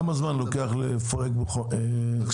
כמה זמן לוקח לפרק אנייה?